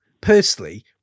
personally